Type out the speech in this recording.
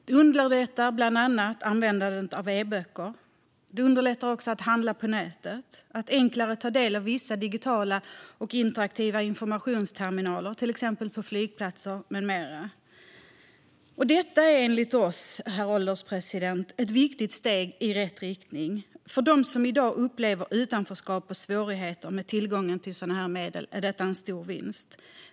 Detta underlättar bland annat användandet av e-böcker, gör det enklare att handla på nätet och att ta del av vissa digitala och interaktiva informationsterminaler, till exempel på flygplatser, med mera. Herr ålderspresident! Enligt oss är detta ett viktigt steg i rätt riktning. För dem som i dag upplever utanförskap och svårigheter när det gäller tillgång till sådana här medel är detta en stor vinst.